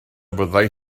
fyddai